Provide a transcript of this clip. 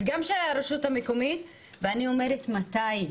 וגם של הרשות המקומית - ואני אומרת מתי?